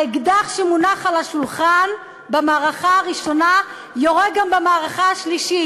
האקדח שמונח על השולחן במערכה הראשונה יורה גם במערכה השלישית.